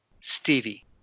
Stevie